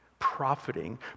profiting